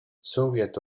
soviet